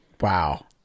Wow